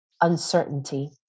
Uncertainty